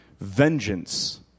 Vengeance